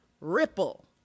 ripple